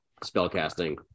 spellcasting